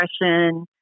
depression